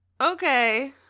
Okay